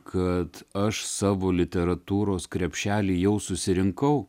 kad aš savo literatūros krepšelį jau susirinkau